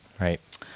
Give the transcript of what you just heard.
Right